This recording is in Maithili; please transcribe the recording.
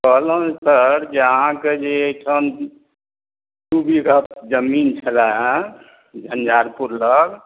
कहलहुँ जे सर जे अहाँके जे एहिठाम दू बीघा जमीन छलै हँ झञ्झारपुर लग